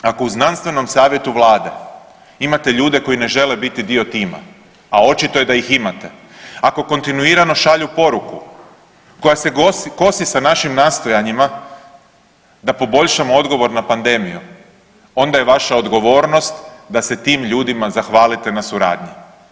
Ako u znanstvenom savjetu Vlade imate ljude koji ne žele biti dio tima, a očito je da ih imate, ako kontinuirano šalju poruku koja se kosi sa našim nastojanjima da poboljšamo odgovor na pandemiju onda je vaša odgovornost da se tim ljudima zahvalite na suradnji.